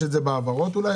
יש את זה בהעברות אולי,